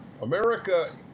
America